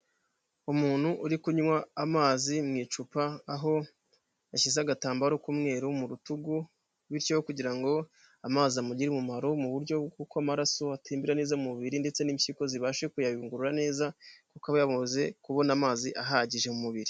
Umuntu uri kunywa amazi mu icupa aho yashyize agatambaro k'umweru mu rutugu bityo kugira ngo amazi amugirire umumaro mu buryo bw'uko amaraso atembera neza mubiri ndetse n'impyiko zibashe kuyayungurura neza kuko aba yamaze kubona amazi ahagije mu mubiri.